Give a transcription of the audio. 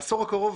בעשור הקרוב,